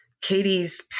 Katie's